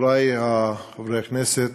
חברי חברי הכנסת,